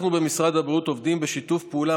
אנחנו במשרד הבריאות עובדים בשיתוף פעולה